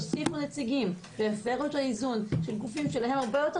ככל שיוסיפו נציגים ויפרו את האיזון של גופים שלהם הרבה יותר